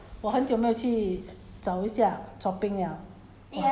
Calbee hor m~ 明天 N_T_U_C 我要去 N_T_U_C 买豆腐